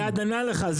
הוא ענה לך.